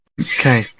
Okay